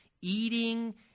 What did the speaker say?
eating